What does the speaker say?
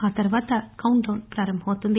ఆ తర్వాత కౌంట్డౌన్ పారంభమవుతుంది